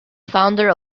founder